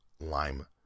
lime